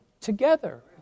together